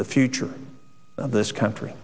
the future of this country